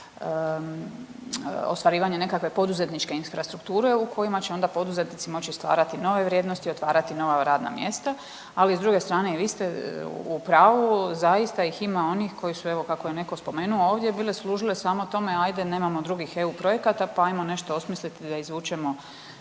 ostvarivanje nekakve poduzetničke infrastrukture u kojima će onda poduzetnici moći stvarati nove vrijednosti, otvarati nova radna mjesta, ali s druge strane i vi ste u pravu zaista ih ima onih koji su evo kako je neko spomenuo ovdje bile služile samo tome, ajde nemamo drugih eu projekata pa ajmo nešto osmisliti da izvučemo